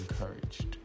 encouraged